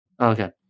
Okay